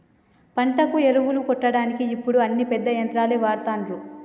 పంటకు ఎరువులు కొట్టడానికి ఇప్పుడు అన్ని పెద్ద యంత్రాలనే వాడ్తాన్లు